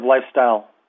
lifestyle